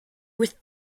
with